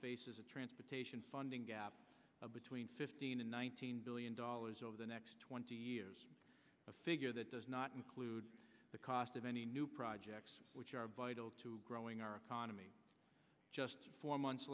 faces a transportation funding gap between fifteen and nineteen billion dollars over the next twenty years a figure that does not include the cost of any new projects which are vital to growing our economy just four months